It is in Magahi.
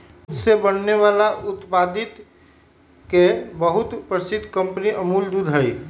दूध से बने वाला उत्पादित के बहुत प्रसिद्ध कंपनी अमूल दूध हई